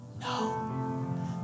No